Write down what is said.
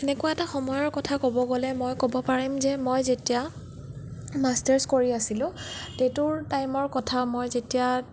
এনেকুৱা এটা সময়ৰ কথা ক'ব গ'লে মই ক'ব পাৰিম যে মই যেতিয়া মাষ্টাৰছ কৰি আছিলো সেইটোৰ টাইমৰ কথা মই যেতিয়া